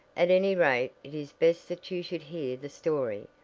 at any rate it is best that you should hear the story,